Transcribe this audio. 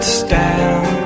stand